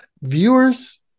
Viewers